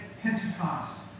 Pentecost